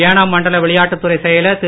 ஏனாம் மண்டல விளையாட்டு துறை செயலர் திரு